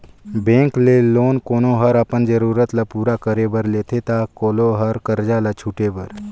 bank ले loan कोनो हर अपन जरूरत ल पूरा करे बर लेथे ता कोलो हर करजा ल छुटे बर